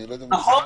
נכון.